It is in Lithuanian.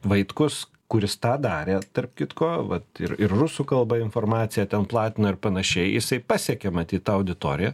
vaitkus kuris tą darė tarp kitko vat ir ir rusų kalba informaciją ten platino ir panašiai jisai pasiekė matyt tą auditoriją